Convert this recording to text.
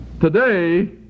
Today